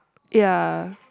ya